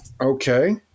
Okay